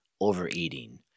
overeating